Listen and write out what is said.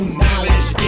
knowledge